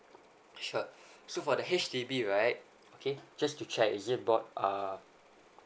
sure so for the H_D_B right okay just to check is it board uh